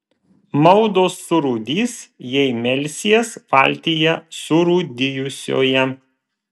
maldos surūdys jei melsies valtyje surūdijusioje